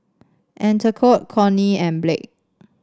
Anatole Kortney and Blake